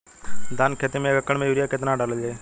धान के खेती में एक एकड़ में केतना यूरिया डालल जाई?